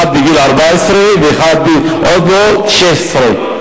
אחד בגיל 14 ואחד עוד לא 16,